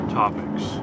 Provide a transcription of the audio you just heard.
topics